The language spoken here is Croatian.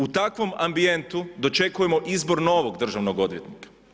U takvom ambijentu dočekujemo izbor novog državnog odvjetnika.